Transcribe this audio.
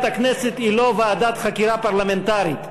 הכנסת היא לא ועדת חקירה פרלמנטרית.